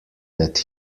that